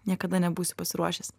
niekada nebūsi pasiruošęs